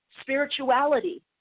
spirituality